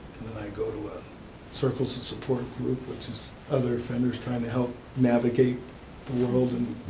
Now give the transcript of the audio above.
and then i go to a circles of support group which is other offenders trying to help navigate the world, and